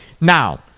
Now